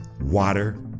water